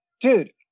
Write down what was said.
Dude